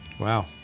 Wow